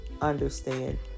understand